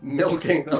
milking